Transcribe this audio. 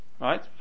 Right